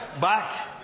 back